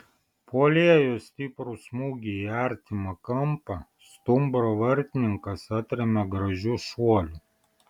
puolėjo stiprų smūgį į artimą kampą stumbro vartininkas atrėmė gražiu šuoliu